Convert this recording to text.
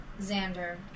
Xander